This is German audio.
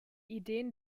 ideen